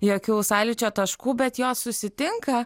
jokių sąlyčio taškų bet jos susitinka